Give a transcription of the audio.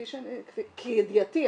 כידיעתי,